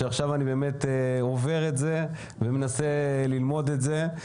שעכשיו אני עובר את זה ומנסה ללמוד את זה.